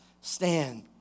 stand